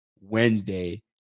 Wednesday